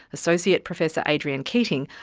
associate professor adrian keating,